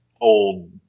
Old